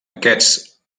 aquests